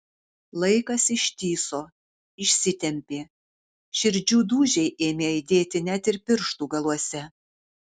laikas ištįso išsitempė širdžių dūžiai ėmė aidėti net ir pirštų galuose